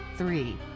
Three